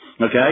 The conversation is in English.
okay